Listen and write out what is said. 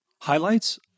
Highlights